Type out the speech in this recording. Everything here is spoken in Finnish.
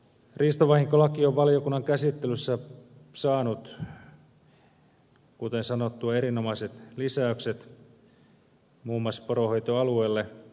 riistavahinkolaki on valiokunnan käsittelyssä saanut kuten sanottu erinomaiset lisäykset muun muassa poronhoitoalueelle